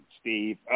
Steve